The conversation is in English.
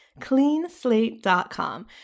Cleanslate.com